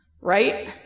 right